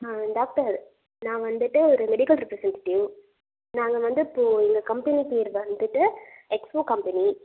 doctor நான் வந்துட்டு ஒரு மெடிக்கல் ரெப்ரெசென்டிட்டியூவ் நாங்கள் வந்து இப்போது எங்கள் கம்பெனி பேர் வந்துட்டு எக்ஸ்ஓ கம்பெனி